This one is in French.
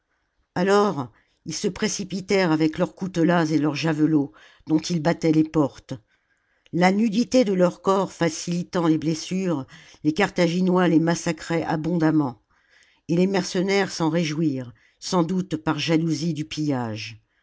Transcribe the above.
alors ils se précipitèrent avec leurs coutelas et leurs javelots dont ils battaient les portes la nudité de leurs corps facilitant les blessures les carthaginois les massacraient abondamment et les mercenaires s'en réjouirent sans doute par jalousie du pillage